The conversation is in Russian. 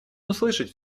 услышать